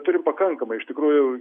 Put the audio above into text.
turim pakankamai iš tikrųjų